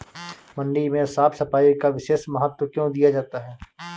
मंडी में साफ सफाई का विशेष महत्व क्यो दिया जाता है?